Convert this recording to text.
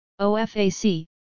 OFAC